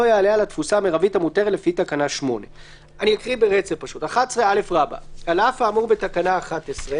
יעלה על התפוסה המרבית המותרת לפי תקנה 8. 11א. על אף האמור בתקנה 11,